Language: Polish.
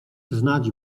znać